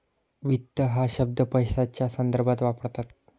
वित्त हा शब्द पैशाच्या संदर्भात वापरतात